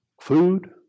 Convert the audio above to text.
food